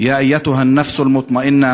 אלוהים בספרו יקר המציאות אומר,